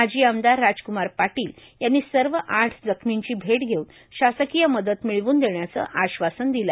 माजी आमदार राजक्मार पाटिल यांनी सर्व आठ जखमींची भेट घेऊन शासकीय मदत मिळवून देण्याचं आश्वासन दिलं